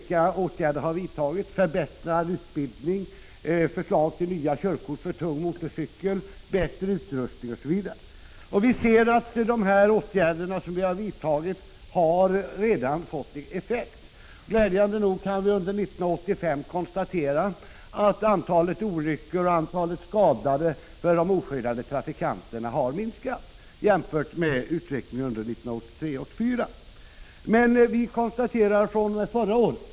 Vi förbättrade utbildningen, lade fram förslag till nytt körkort för tung motorcykel, föreslog bättre utrustning osv. Vi ser nu att de åtgärder som vi har vidtagit redan har fått effekt. Glädjande nog kan vi under 1985 konstatera att såväl antalet olyckor med oskyddade trafikanter som antalet skadade oskyddade trafikanter har minskat jämfört med utvecklingen under 1983 och 1984. Prot.